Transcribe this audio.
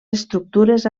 estructures